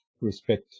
respect